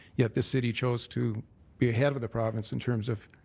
yet the city chose to be ahead of the province in terms of